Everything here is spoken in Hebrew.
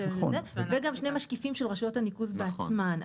וגם שני משקיפים של רשויות הניקוז בעצמן.